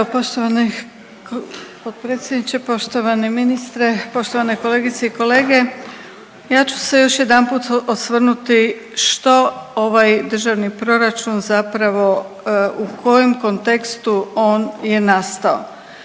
Evo poštovani potpredsjedniče, poštovani ministre, poštovane kolegice i kolege. Ja ću se još jedanput osvrnuti što ovaj državni proračun zapravo u kojem kontekstu on je nastao.